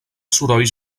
sorolls